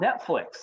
Netflix